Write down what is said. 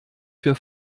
für